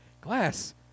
glass